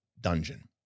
dungeon